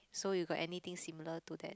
so you got anything similar to that